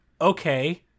okay